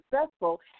successful